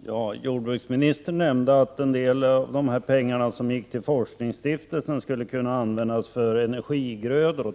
Fru talman! Jordbruksministern nämnde att en del av de pengar som skall gå till Stiftelsen Lantbruksforskning kan användas bl.a. till forskning om energigrödor.